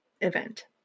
event